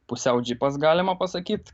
pusiau džipas galima pasakyt